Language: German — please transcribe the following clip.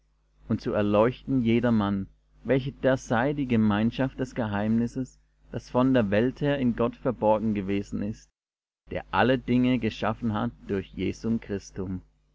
und zu erleuchten jedermann welche da sei die gemeinschaft des geheimnisses das von der welt her in gott verborgen gewesen ist der alle dinge geschaffen hat durch jesum christum